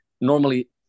normally